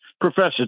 Professor